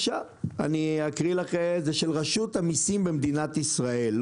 ואני אקריא לכם מרשות המיסים במדינת ישראל.